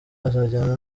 azajyana